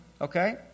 Okay